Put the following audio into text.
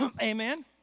Amen